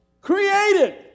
Created